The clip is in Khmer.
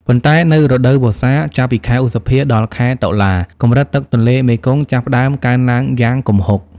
ប៉ុន្តែនៅរដូវវស្សា ចាប់ពីខែឧសភា ដល់ខែតុលា កម្រិតទឹកទន្លេមេគង្គចាប់ផ្តើមកើនឡើងយ៉ាងគំហុក។